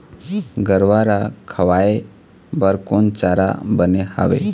गरवा रा खवाए बर कोन चारा बने हावे?